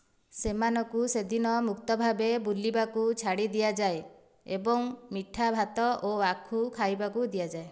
ସେମାନଙ୍କୁ ସେଦିନ ମୁକ୍ତ ଭାବେ ବୁଲିବାକୁ ଛାଡ଼ି ଦିଆଯାଏ ଏବଂ ମିଠା ଭାତ ଓ ଆଖୁ ଖାଇବାକୁ ଦିଆଯାଏ